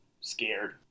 scared